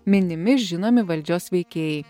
minimi žinomi valdžios veikėjai